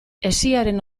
hesiaren